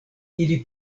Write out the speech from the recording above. ili